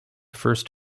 first